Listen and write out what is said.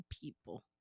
people